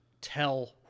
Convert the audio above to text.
tell